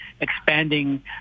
expanding